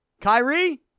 Kyrie